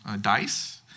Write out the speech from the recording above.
dice